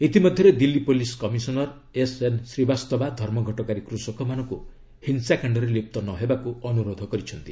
ଇତିମଧ୍ୟରେ Delhi police commissioner S N Srivastava ଧର୍ମଘଟକାରୀ କୃଷକମାନଙ୍କୁ ହିଂସାକାଣ୍ଡରେ ଲିପ୍ତ ନ ହେବାକୁ ଅନୁରୋଧ କରିଛନ୍ତି